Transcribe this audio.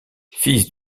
fils